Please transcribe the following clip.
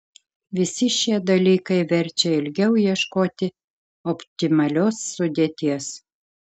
visi šie dalykai verčia ilgiau ieškoti optimalios sudėties